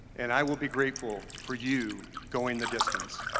and i will be grateful for you going the distance.